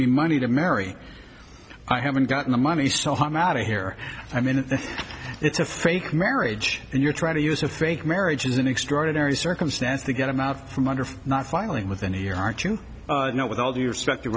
me money to marry i haven't gotten the money so i'm outta here i mean it's a fake marriage and you're trying to use a fake marriage as an extraordinary circumstance to get him out from under for not filing with any your heart you know with all due respect your